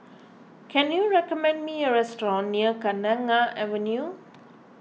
can you recommend me a restaurant near Kenanga Avenue